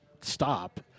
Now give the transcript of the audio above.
stop